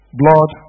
blood